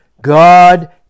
God